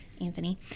Anthony